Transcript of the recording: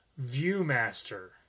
Viewmaster